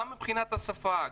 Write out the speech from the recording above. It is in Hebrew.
גם מבחינת השפה,